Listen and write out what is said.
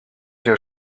der